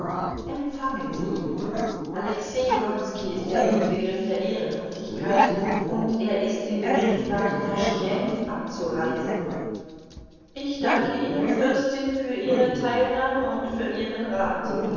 empfangen sie ihn alexei wronski ist der inbegriff der ehrenhaftigkeit und er ist im begriff nach taschkent abzureisen ich danke ihnen fürstin für ihre teilnahme und für ihren rat